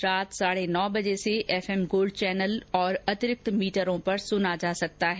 यह कार्यक्रम आज रात साढे नौ बजे से एफएम गोल्ड चैनल और अतिरिक्त मीटरों पर सुना जा सकता है